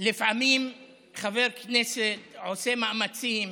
לפעמים חבר כנסת עושה מאמצים,